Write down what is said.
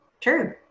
True